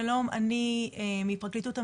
ואני מפרקליטות המדינה,